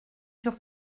sur